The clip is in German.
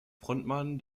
frontmann